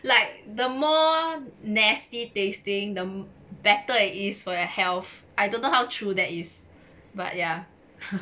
like the more nasty tasting the better it is for your health I don't know how true that is but ya